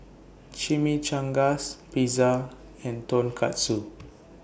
Chimichangas Pizza and Tonkatsu